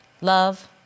love